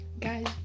guys